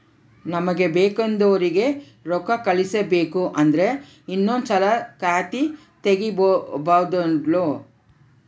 ನಮಗೆ ಬೇಕೆಂದೋರಿಗೆ ರೋಕ್ಕಾ ಕಳಿಸಬೇಕು ಅಂದ್ರೆ ಇನ್ನೊಂದ್ಸಲ ಖಾತೆ ತಿಗಿಬಹ್ದ್ನೋಡು